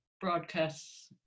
broadcasts